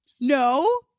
No